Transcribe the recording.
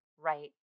right